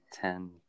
ten